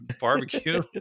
barbecue